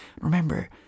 Remember